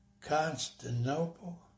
Constantinople